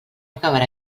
acabarà